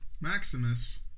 Maximus